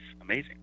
amazing